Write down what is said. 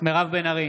מירב בן ארי,